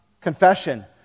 confession